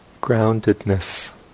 groundedness